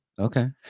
Okay